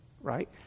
right